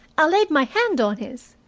i laid my hand on his.